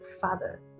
father